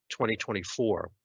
2024